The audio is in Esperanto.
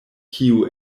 kiu